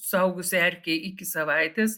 suaugusi erkė iki savaitės